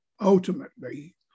Ultimately